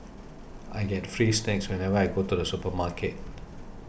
I get free snacks whenever I go to the supermarket